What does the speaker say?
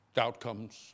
Outcomes